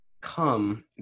come